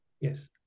Yes